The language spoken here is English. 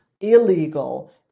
illegal